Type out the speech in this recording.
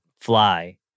Fly